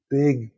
big